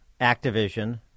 Activision